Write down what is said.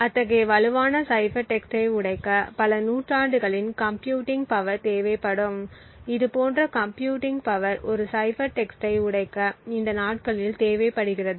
அத்தகைய வலுவான சைபர் டெக்ஸ்ட்டை உடைக்க பல நூற்றாண்டுகளின் கம்ப்யூட்டிங் பவர் தேவைப்படும் இதுபோன்ற கம்ப்யூட்டிங் பவர் ஒரு சைபர் டெக்ஸ்ட்டை உடைக்க இந்த நாட்களில் தேவைப்படுகிறது